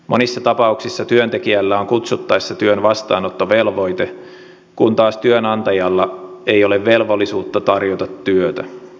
monissa tapauksissa työntekijällä on kutsuttaessa työn vastaanottovelvoite kun taas työnantajalla ei ole velvollisuutta tarjota työtä